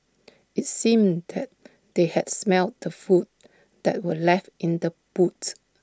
IT seemed that they had smelt the food that were left in the boots